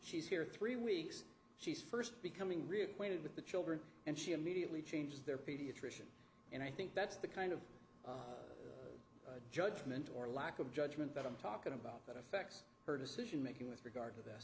she's here three weeks she's first becoming reacquainted with the children and she immediately changes their pediatrician and i think that's the kind of judgment or lack of judgment that i'm talking about that affects her decision making with regard to th